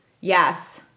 yes